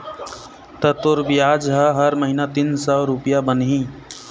ता तोर बियाज ह हर महिना तीन सौ रुपया बनही